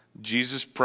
Jesus